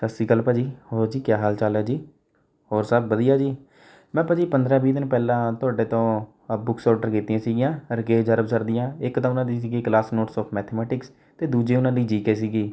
ਸਤਿ ਸ਼੍ਰੀ ਅਕਾਲ ਭਾਅ ਜੀ ਹੋਰ ਜੀ ਕਿਆ ਹਾਲ ਚਾਲ ਹੈ ਜੀ ਹੋਰ ਸਭ ਵਧੀਆ ਜੀ ਮੈਂ ਭਾਅ ਜੀ ਪੰਦਰਾਂ ਵੀਹ ਦਿਨ ਪਹਿਲਾਂ ਤੁਹਾਡੇ ਤੋਂ ਬੁੱਕਸ ਆਰਡਰ ਕੀਤੀਆਂ ਸੀਗੀਆਂ ਰਾਕੇਸ਼ ਜਰਆਵ ਸਰ ਦੀਆਂ ਇੱਕ ਤਾਂ ਉਨ੍ਹਾਂ ਦੀ ਸੀਗੀ ਕਲਾਸ ਨੋਟਸ ਔਫ ਮੈਥੇਮੈਟਿਕਸ ਅਤੇ ਦੂਜੀ ਉਹਨਾਂ ਦੀ ਜੀ ਕੇ ਸੀਗੀ